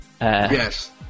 yes